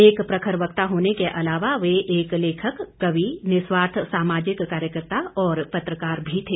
एक प्रखर वक्ता होने के अलावा वे एक लेखक कवि निस्वार्थ सामाजिक कार्यकर्ता और पत्रकार भी थे